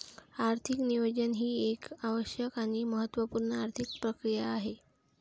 आर्थिक नियोजन ही एक आवश्यक आणि महत्त्व पूर्ण आर्थिक प्रक्रिया आहे